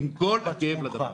עם כל הכאב שבדבר.